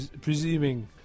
presuming